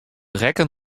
rekken